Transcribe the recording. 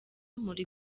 muri